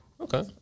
Okay